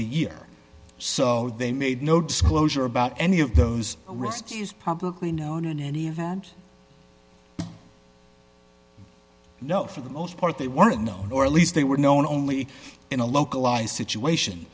a year so they made no disclosure about any of those rescues publicly known in any event no for the most part they were unknown or at least they were known only in a localized situation